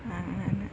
അങ്ങനെ